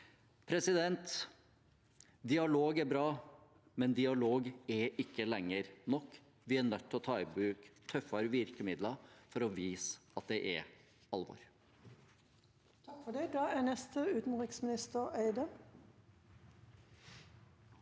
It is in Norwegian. katastrofal. Dialog er bra, men dialog er ikke lenger nok. Vi er nødt til å ta i bruk tøffere virkemidler for å vise at det er alvor.